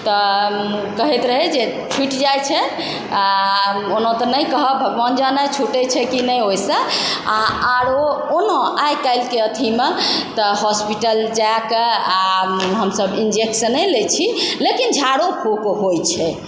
तऽ कहैत रहै जे छुटि जाइत छै आओर ओना तऽ नहि कहब भगवान जानै छूटै छै कि नहि ओहिसँ आओरो ओना आइकाल्हिके एथी मे तऽ हॉस्पिटल जाकऽ आओर हमसब इन्जेक्शने लैत छी लेकिन झाड़ो फूक होइ छै